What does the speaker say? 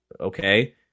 okay